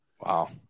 Wow